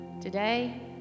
today